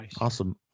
Awesome